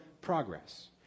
progress